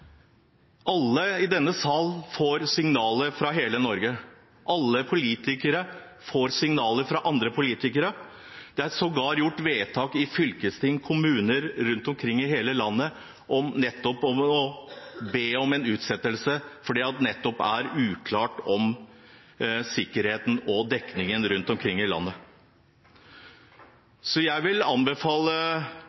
Alle i denne sal får signaler fra hele Norge. Alle politikere får signaler fra andre politikere. Det er sågar gjort vedtak i fylkesting og kommuner rundt omkring i hele landet om å be om en utsettelse fordi det nettopp er uklart om sikkerheten og dekningen rundt omkring i landet.